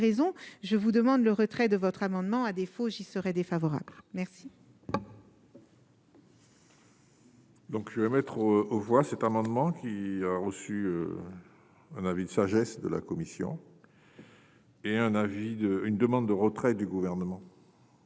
je vous demande le retrait de votre amendement, à défaut, j'y serai défavorable merci. Donc, je vais mettre aux voix cet amendement qui a reçu un avis de sagesse de la commission. Et un avis d'une demande de retrait du gouvernement.